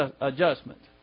adjustment